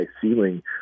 ceiling